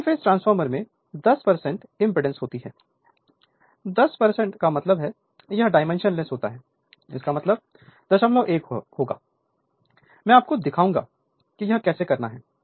single phase transformer में 10 impedance होती है 10 का मतलब यह डाइमेंशनलेस होता है इसका मतलब 01 होगा मैं आपको दिखाऊंगा कि यह कैसे करना है